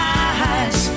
eyes